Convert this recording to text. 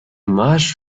marsh